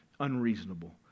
unreasonable